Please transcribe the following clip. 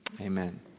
Amen